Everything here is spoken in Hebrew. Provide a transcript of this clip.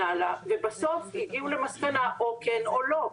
ובסוף הגיעו למסקנה כן או לא,